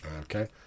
Okay